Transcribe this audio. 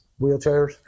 wheelchairs